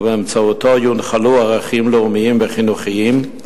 ובאמצעותו יונחלו ערכים לאומיים וחינוכיים,